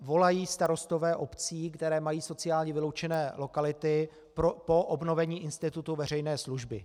Volají starostové obcí, které mají sociálně vyloučené lokality, po obnovení institutu veřejné služby.